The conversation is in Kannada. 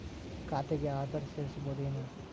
ಖಾತೆಗೆ ಆಧಾರ್ ಸೇರಿಸಬಹುದೇನೂ?